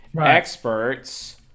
Experts